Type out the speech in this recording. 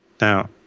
Now